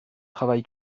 travail